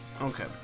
Okay